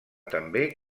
també